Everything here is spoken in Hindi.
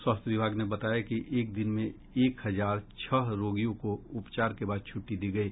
स्वास्थ्य विभाग ने बताया कि एक दिन में एक हजार छह रोगियों को उपचार के बाद छूट्टी दी गयी